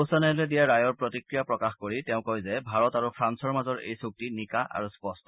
উচ্চতম ন্যায়ালয়ে দিয়া ৰায়ৰ প্ৰতিক্ৰিয়া প্ৰকাশ কৰি তেওঁ কয় যে ভাৰত আৰু ফ্ৰান্সৰ মাজৰ এই চুক্তি নিকা আৰু স্পষ্ট